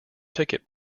ticket